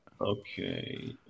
Okay